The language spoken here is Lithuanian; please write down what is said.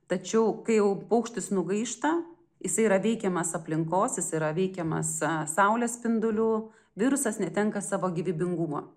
tačiau kai jau paukštis nugaišta jisai yra veikiamas aplinkos jis yra veikiamas saulės spindulių virusas netenka savo gyvybingumo